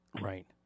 Right